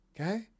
okay